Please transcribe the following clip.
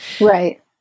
Right